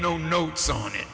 no notes on it